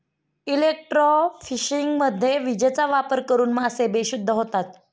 इलेक्ट्रोफिशिंगमध्ये विजेचा वापर करून मासे बेशुद्ध होतात